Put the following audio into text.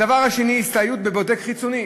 הדבר השני, הסתייעות בבודק חיצוני.